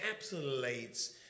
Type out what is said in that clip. encapsulates